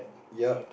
yup